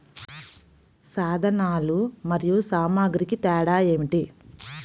సాధనాలు మరియు సామాగ్రికి తేడా ఏమిటి?